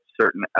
certain